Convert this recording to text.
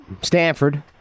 Stanford